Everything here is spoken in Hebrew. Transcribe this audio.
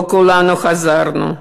לא כולנו חזרנו.